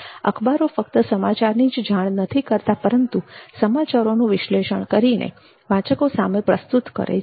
અખબારો ફક્ત સમાચારની જાણ જ નથી કરતા પરંતુ સમાચારોનું વિશ્લેષણ કરીને વાચકો સામે પ્રસ્તુત કરે છે